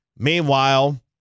Meanwhile